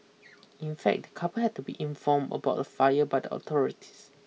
in fact the couple had to be informed about the fire by the authorities